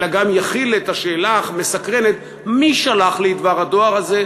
אלא גם את התשובה על השאלה המסקרנת מי שלח את דבר הדואר הזה,